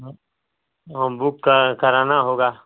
हाँ बुक क कराना होगा